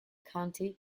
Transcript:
county